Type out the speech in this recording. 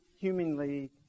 humanly